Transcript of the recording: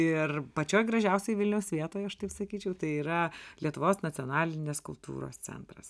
ir pačioj gražiausioj vilniaus vietoj aš taip sakyčiau tai yra lietuvos nacionalinis kultūros centras